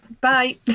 Bye